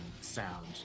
sound